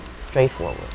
straightforward